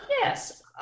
Yes